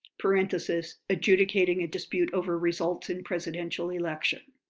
parentheses, adjudicating a dispute over results in presidential election.